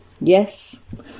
Yes